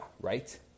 right